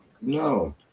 No